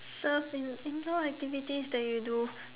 surfing indoor activities that you do